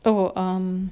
oh um